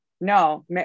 No